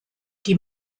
die